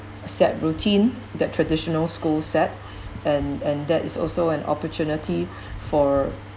a set routine that traditional school set and and that is also an opportunity for